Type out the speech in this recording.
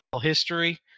history